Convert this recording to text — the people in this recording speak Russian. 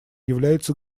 является